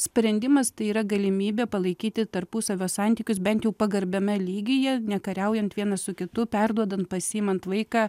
sprendimas tai yra galimybė palaikyti tarpusavio santykius bent jau pagarbiame lygyje nekariaujant vienas su kitu perduodant pasiimant vaiką